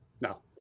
No